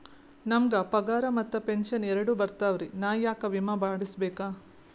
ನಮ್ ಗ ಪಗಾರ ಮತ್ತ ಪೆಂಶನ್ ಎರಡೂ ಬರ್ತಾವರಿ, ನಾ ಯಾಕ ವಿಮಾ ಮಾಡಸ್ಬೇಕ?